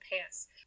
pants